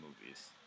movies